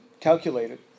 calculated